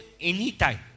anytime